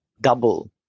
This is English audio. double